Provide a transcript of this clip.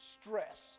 Stress